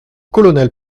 colonel